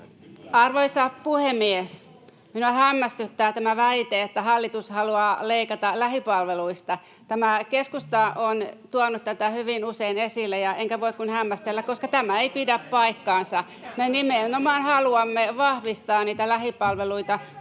Arvoisa puhemies! Minua hämmästyttää tämä väite, että hallitus haluaa leikata lähipalveluista. Keskusta on tuonut tätä hyvin usein esille, enkä voi kuin hämmästellä, koska tämä ei pidä paikkaansa. [Annika Saarikko: Pitääpä!